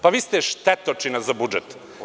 Pa vi ste štetočina za budžet.